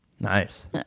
Nice